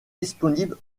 disponible